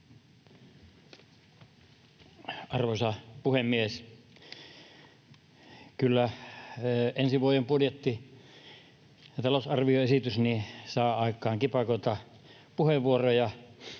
Arvoisa puhemies! Kyllä ensi vuoden budjetti, talousarvioesitys, saa aikaan kipakoita puheenvuoroja